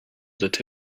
that